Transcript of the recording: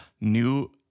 new